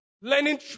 learning